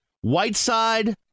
Whiteside